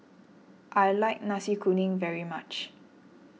I like Nasi Kuning very much